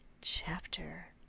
Chapter